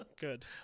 Good